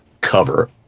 cover